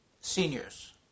seniors